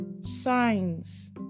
signs